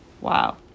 Wow